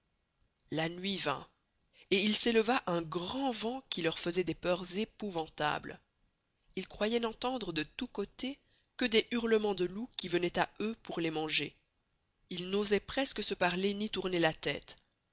la nuit vint et il s'éleva un grand vent qui leur faisoit des peurs épouventables ils croyent n'entendre de tous côtés que des heurlemens de loups qui venoient à eux pour les manger ils n'osoient presque se parler ny tourner la teste